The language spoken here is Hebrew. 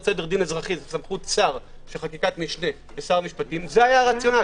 סדר דין אזרחי זו סמכות שר של חקיקת משפטים ושר משפטים זה היה הרציונל.